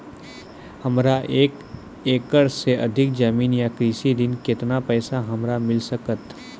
हमरा एक एकरऽ सऽ अधिक जमीन या कृषि ऋण केतना पैसा हमरा मिल सकत?